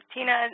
Tina